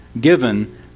given